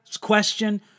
question